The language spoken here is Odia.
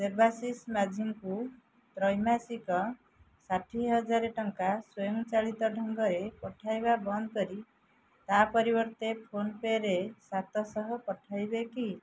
ଦେବାଶିଷ ମାଝୀଙ୍କୁ ତ୍ରୈମାସିକ ଷାଠିଏ ହଜାର ଟଙ୍କା ସ୍ୱୟଂ ଚାଳିତ ଢଙ୍ଗରେ ପଠାଇବା ବନ୍ଦ କରି ତା ପରିବର୍ତ୍ତେ ଫୋନ୍ପେରେ ସାତଶହ ପଠାଇବେ କି